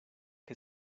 que